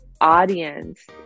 audience